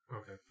Okay